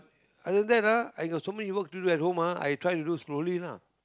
other than that ah I got so many work to do at home ah I try to do slowly lah